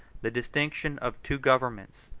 the distinction of two governments,